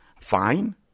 fine